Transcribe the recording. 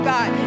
God